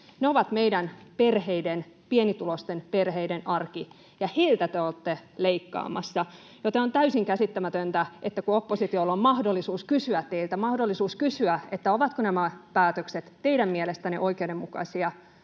perheiden, pienituloisten perheiden, arkea, ja heiltä te olette leikkaamassa, joten on täysin käsittämätöntä, että kun oppositiolla on mahdollisuus kysyä teiltä, ovatko nämä päätökset teidän mielestänne oikeudenmukaisia,